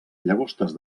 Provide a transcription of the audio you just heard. llagostes